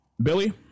Billy